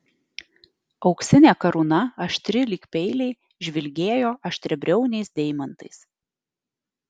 auksinė karūna aštri lyg peiliai žvilgėjo aštriabriauniais deimantais